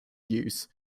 use